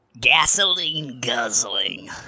gasoline-guzzling